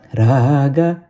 raga